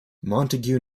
montague